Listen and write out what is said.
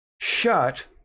Shut